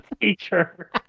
teacher